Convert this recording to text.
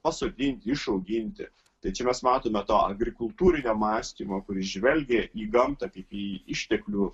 pasodinti išauginti tai čia mes matome to agrikultūrinio mąstymo kuris žvelgia į gamtą kaip į išteklių